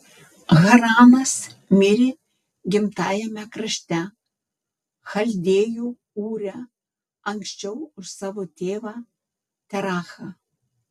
haranas mirė gimtajame krašte chaldėjų ūre anksčiau už savo tėvą terachą